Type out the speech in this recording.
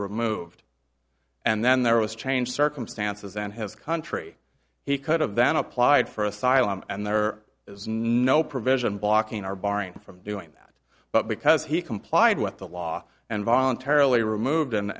removed and then there was change circumstances in his country he could've then applied for asylum and there is no provision blocking our barring from doing that but because he complied with the law and voluntarily removed and